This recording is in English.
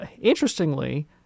interestingly